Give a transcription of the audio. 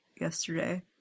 yesterday